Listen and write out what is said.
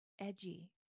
edgy